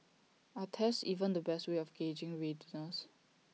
are tests even the best way of gauging readiness